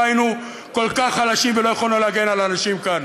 היינו כל כך חלשים ולא יכולנו להגן על האנשים כאן,